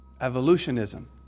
evolutionism